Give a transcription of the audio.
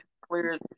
clears